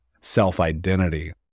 self-identity